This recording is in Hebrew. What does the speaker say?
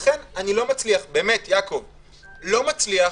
לכן אני לא מצליח, יעקב, במטותא,